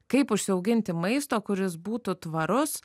kaip užsiauginti maisto kuris būtų tvarus